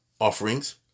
offerings